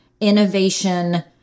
innovation